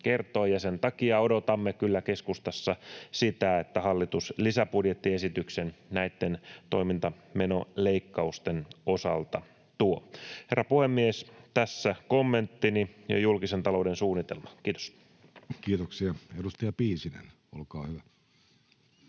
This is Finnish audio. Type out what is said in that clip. ja sen takia odotamme kyllä keskustassa sitä, että hallitus lisäbudjettiesityksen näitten toimintamenoleikkausten osalta tuo. Herra puhemies! Tässä kommenttini ja julkisen talouden suunnitelma. — Kiitos. Kiitoksia. — Edustaja Piisinen, olkaa hyvä.